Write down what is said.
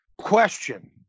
Question